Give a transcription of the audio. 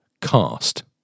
cast